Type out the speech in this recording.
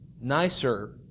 nicer